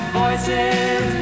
voices